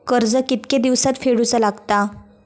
कर्ज कितके दिवसात फेडूचा लागता?